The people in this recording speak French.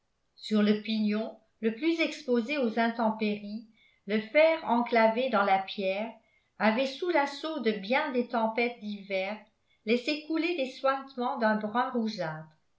sur le pignon le plus exposé aux intempéries le fer enclavé dans la pierre avait sous l'assaut de bien des tempêtes d'hiver laissé couler des suintements d'un